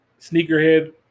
sneakerhead